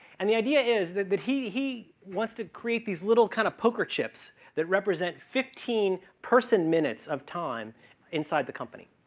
and the idea is that that he he wants to create these little kind of poker chips that represent fifteen person minutes of time inside the company,